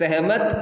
सहमत